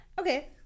okay